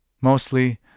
Mostly